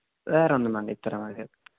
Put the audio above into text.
വേറെയൊന്നും വേണ്ട ഇത്ര മതി